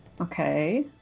Okay